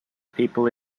people